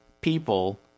people